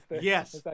yes